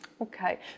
Okay